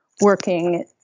working